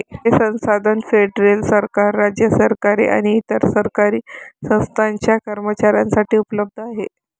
हे संसाधन फेडरल सरकार, राज्य सरकारे आणि इतर सरकारी संस्थांच्या कर्मचाऱ्यांसाठी उपलब्ध आहे